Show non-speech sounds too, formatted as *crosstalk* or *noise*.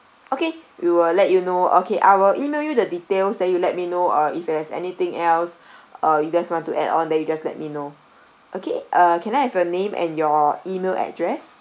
okay we will let you know okay I will email you the details then you let me know uh if it has anything else *breath* uh you guys want to add on then you just let me know okay uh can I have your name and your email address